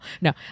No